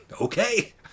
Okay